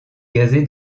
gazé